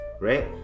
right